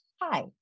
hi